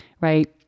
Right